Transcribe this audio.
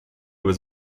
was